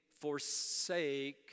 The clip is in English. forsake